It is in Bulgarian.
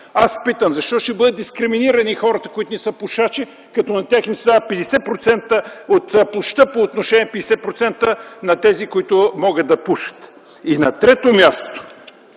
Аз питам защо ще бъдат дискриминирани хората, които не са пушачи, като на тях им се дават 50% от площта по отношение 50% на тези, които могат да пушат. И на трето място,